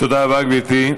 תודה רבה, גברתי.